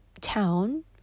town